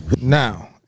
Now